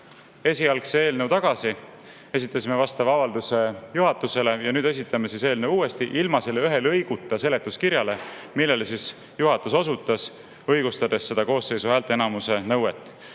esialgse eelnõu tagasi, esitasime vastava avalduse juhatusele ja nüüd esitame eelnõu uuesti ilma selle ühe lõiguta seletuskirjas, millele juhatus osutas, õigustades koosseisu häälteenamuse nõuet.